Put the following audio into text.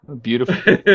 beautiful